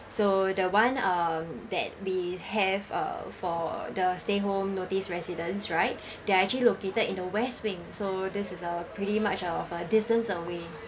so the one uh that we have uh for the stay home notice residents right they are actually located in the west wing so this is a pretty much of a distance away